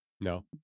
no